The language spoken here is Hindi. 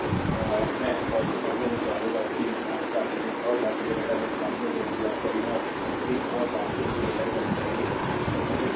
इस मामले में और इस मामले में क्या होगा कि आपका कि एक और बात मुझे बताएं इस मामले में कि आपका v0 एक और बात जो मुझे बताई जानी चाहिए तो यह बहुत आसान होगा